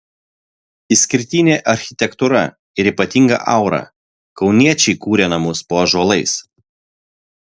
išskirtinė architektūra ir ypatinga aura kauniečiai kuria namus po ąžuolais